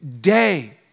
day